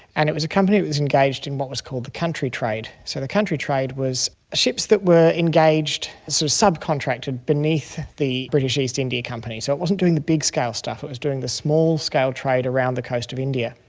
and it was a company that was engaged in what was called the country trade. so the country trade was ships that were engaged, so subcontracted beneath the british east india company, so it wasn't doing the big scale stuff, it was doing the small-scale trade around the coast of india,